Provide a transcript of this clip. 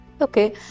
Okay